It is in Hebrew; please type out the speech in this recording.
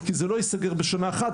כי זה לא ייסגר בשנה אחת,